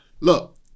Look